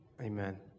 Amen